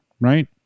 right